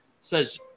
says